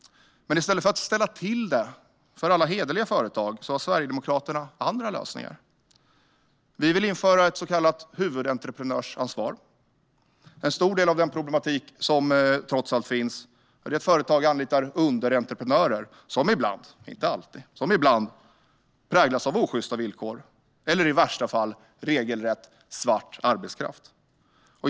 Men i stället för att ställa till det för alla hederliga företag har Sverigedemokraterna andra lösningar. Vi vill införa ett så kallat huvudentreprenörsansvar. En stor del av den problematik som trots allt finns är att företag anlitar underentreprenörer som ibland, inte alltid, präglas av osjysta villkor eller i värsta fall regelrätt svart arbetskraft.